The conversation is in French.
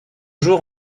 jour